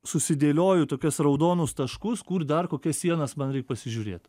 susidėlioju tokias raudonus taškus kur dar kokias sienas man reik pasižiūrėt